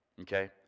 Okay